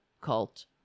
cult